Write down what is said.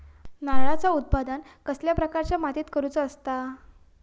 नारळाचा उत्त्पन कसल्या प्रकारच्या मातीत करूचा असता?